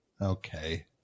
Okay